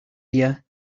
fear